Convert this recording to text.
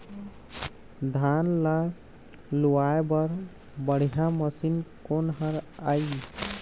धान ला लुआय बर बढ़िया मशीन कोन हर आइ?